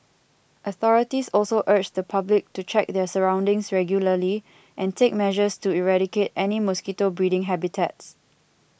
authorities also urge the public to check their surroundings regularly and take measures to eradicate any mosquito breeding habitats